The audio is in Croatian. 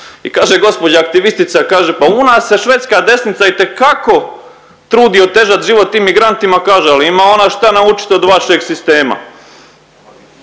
I kaže gospođa aktivistica kaže a u nas se švedska desnica itekako trudi otežat život tim migrantima kaže ali ima ona šta naučiti od vašeg sistema.